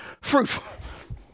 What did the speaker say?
fruitful